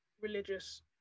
religious